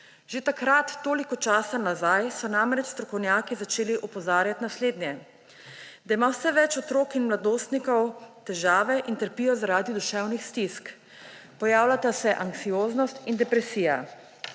Že takrat, toliko časa nazaj, so namreč strokovnjaki začeli opozarjati na slednje: da ima vse več otrok in mladostnikov težave in trpijo zaradi duševnih stisk, pojavljata se anksioznost in depresija,